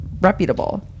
reputable